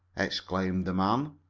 exclaimed the man.